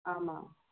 ஆமாம்